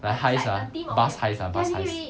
like heist ah bus heist ah bus heist